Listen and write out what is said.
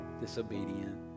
disobedient